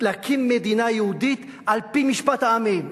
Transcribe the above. להקים מדינה יהודית על-פי משפט העמים.